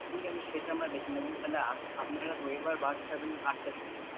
ঠিক আছে সেটা আমরা দেখে নেব তাহলে আপনারা রবিবার বাস ছাড়বেন আটটার সময়